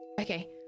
okay